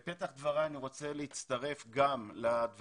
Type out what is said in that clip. בפתח דבריי אני רוצה להצטרף לדברים